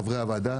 חברי הוועדה,